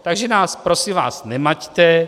Takže nás prosím vás nemaťte.